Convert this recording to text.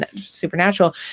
supernatural